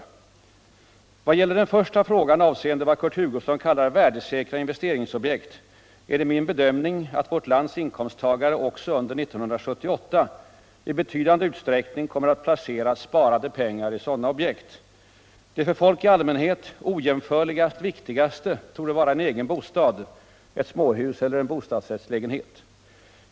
Då det gäller den första frågan, avseende vad Kurt Hugosson kallar värdesäkra investeringsobjekt, är det min bedömning att vårt lands inkomsttagare också under 1978 i betydande utsträckning kommer att placera sparade pengar I sådana objekt. Det för folk i allmänhet ojämförligt viktigaste torde vara en egen bostad — ett småhus celler en bostadsrättslägenhet.